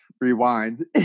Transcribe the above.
Rewind